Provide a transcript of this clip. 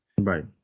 Right